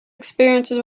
experiences